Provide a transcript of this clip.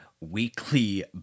weekly